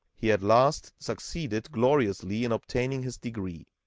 he at last succeeded gloriously in obtaining his degree